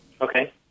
Okay